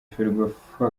ferwafa